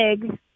big